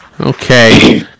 Okay